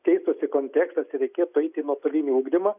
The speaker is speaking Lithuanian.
keistųsi kontekstas ir reikėtų eiti į nuotolinį ugdymą